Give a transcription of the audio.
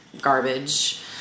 garbage